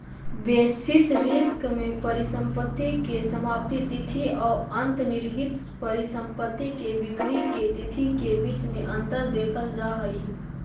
basis risk में परिसंपत्ति के समाप्ति तिथि औ अंतर्निहित परिसंपत्ति के बिक्री के तिथि के बीच में अंतर देखल जा हई